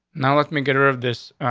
now, let me get her of this,